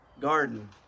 garden